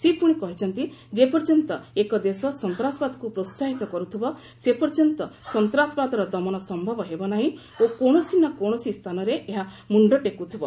ସେ ପୁଣି କହିଛନ୍ତି ଯେପର୍ଯ୍ୟନ୍ତ ଏକ ଦେଶ ସନ୍ତାସବାଦକୁ ପ୍ରୋହାହିତ କରୁଥିବ ସେପର୍ଯ୍ୟନ୍ତ ସନ୍ତାସବାଦର ଦମନ ସମ୍ଭବ ହେବ ନାହିଁ ଓ କୌଣସି ନା କୌଣସି ସ୍ଥାନରେ ଏହା ମୁଣ୍ଡ ଟେକୁଥିବ